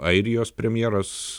airijos premjeras